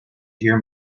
hear